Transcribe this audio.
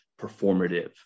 performative